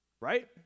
Right